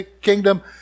kingdom